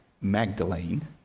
Magdalene